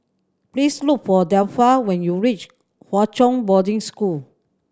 please look for Delpha when you reach Hwa Chong Boarding School